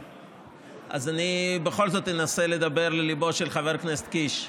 אני בכל זאת אנסה לדבר לליבו של חבר הכנסת קיש.